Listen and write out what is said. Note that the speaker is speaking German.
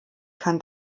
kann